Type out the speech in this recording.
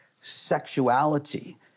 sexuality